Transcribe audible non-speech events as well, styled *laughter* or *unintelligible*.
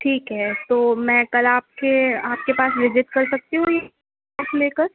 ٹھیک ہے تو میں کل آپ کے آپ کے پاس وزٹ کر سکتی ہوں *unintelligible* لے کر